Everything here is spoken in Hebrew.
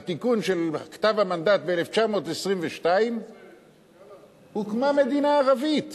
בתיקון של כתב המנדט ב-1922 הוקמה מדינה ערבית.